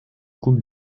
coupe